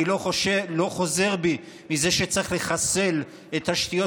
אני לא חוזר בי מזה שצריך לחסל את תשתיות